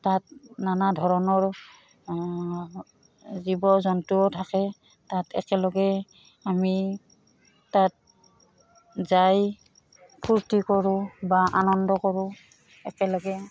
তাত নানা ধৰণৰ জীৱ জন্তুও থাকে তাত একেলগে আমি তাত যাই ফূৰ্তি কৰোঁ বা আনন্দ কৰোঁ একেলগে